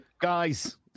Guys